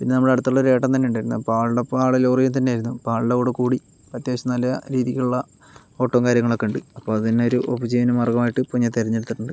പിന്നെ നമ്മുടെ അടുത്തുള്ള ഒരു ഏട്ടൻ തന്നെ ഉണ്ടായിരുന്നു ആളുടെയൊപ്പം ആളുടെ ലോറിയിൽ തന്നെയായിരുന്നു അപ്പോൾ ആളുടെ കൂടെ കൂടി അത്യാവശ്യം നല്ല രീതിക്കുള്ള ഓട്ടവും കാര്യങ്ങളൊക്കെയുണ്ട് അപ്പോൾ അത് തന്നെ ഒരു ഉപജീവനമാർഗമായിട്ട് ഇപ്പോൾ ഞാൻ തിരഞ്ഞെടുത്തിട്ടുണ്ട്